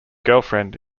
girlfriend